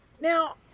Now